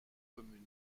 communes